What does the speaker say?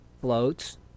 floats